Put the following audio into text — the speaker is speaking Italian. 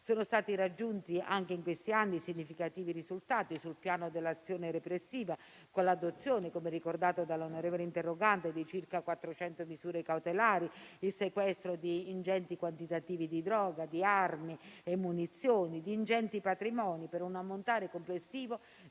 Sono stati raggiunti anche in questi anni significativi risultati sul piano dell'azione repressiva, con l'adozione - come ricordato dall'onorevole interrogante - di circa 400 misure cautelari, il sequestro di ingenti quantitativi di droga, di armi, munizioni e ingenti patrimoni, per un ammontare complessivo